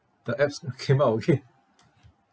the apps came out again